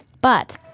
but,